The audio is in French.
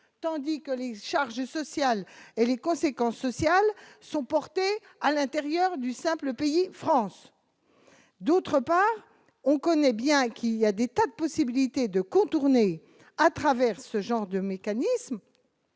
tandis que les juges chargés sociales et les conséquences sociales sont portés à l'intérieur du simple payer France d'autre part, on connaît bien, qu'il y a des tas de possibilités de contourner à travers ce genre de mécanisme